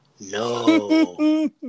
No